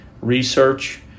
research